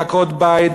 ועקרות-בית,